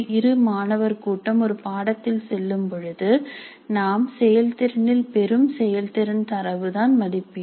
இரு மாணவர் கூட்டம் ஒரு பாடத்தில் செல்லும் பொழுது நாம் செயல்திறனில் பெரும் செயல்திறன் தரவு தான் மதிப்பீடு